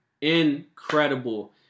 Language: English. incredible